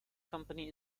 company